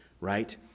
right